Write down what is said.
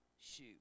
shoe